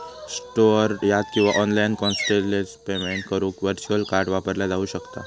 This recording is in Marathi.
स्टोअर यात किंवा ऑनलाइन कॉन्टॅक्टलेस पेमेंट करुक व्हर्च्युअल कार्ड वापरला जाऊ शकता